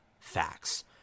Facts